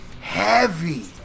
heavy